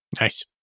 Nice